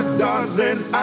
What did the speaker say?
darling